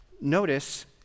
notice